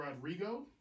Rodrigo